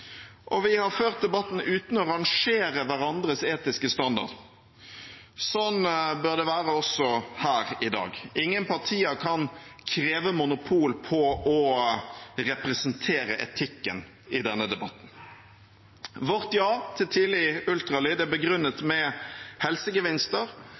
Og vi har ført debatten uten å rangere hverandres etiske standarder. Sånn bør det være også her i dag. Ingen partier kan kreve monopol på å representere etikken i denne debatten. Vårt ja til tidlig ultralyd er